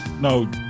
no